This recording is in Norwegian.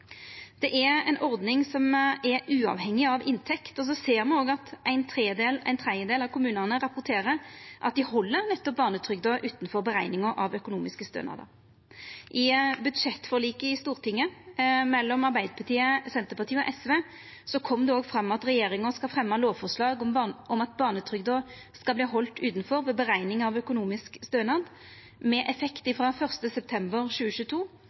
Det er ei ordning som er uavhengig av inntekt, og me ser òg at ein tredjedel av kommunane rapporterer at dei nettopp held barnetrygda utanfor berekninga av økonomiske stønadar. I budsjettforliket i Stortinget mellom Arbeidarpartiet, Senterpartiet og SV kom det fram at regjeringa skal fremja lovforslag om at barnetrygda skal verta halden utanfor ved berekning av økonomisk stønad, med effekt frå 1. september 2022.